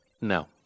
No